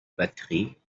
batterie